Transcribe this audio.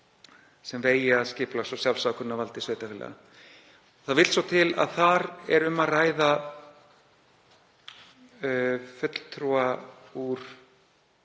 sem vegi að skipulags- og sjálfsákvörðunarvaldi sveitarfélaga. Það vill svo til að þar er um að ræða fulltrúa